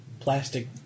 Plastic